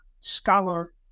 scholar